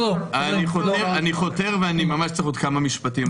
אני חותר, ואני ממש צריך עוד כמה משפטים אחרונים.